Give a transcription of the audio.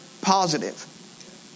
positive